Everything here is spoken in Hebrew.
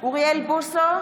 אוריאל בוסו,